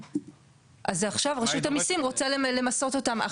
אז עכשיו, רשות המיסים רוצה למסות אותם.